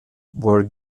were